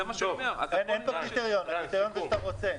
אין פה קריטריון, הקריטריון זה שאתה רוצה.